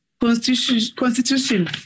Constitution